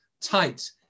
tight